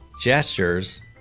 gestures